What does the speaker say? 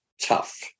tough